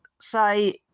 say